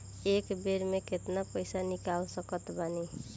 एक बेर मे केतना पैसा निकाल सकत बानी?